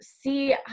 see